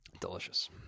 Delicious